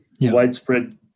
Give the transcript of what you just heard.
widespread